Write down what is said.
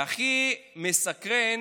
הכי מסקרן